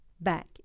back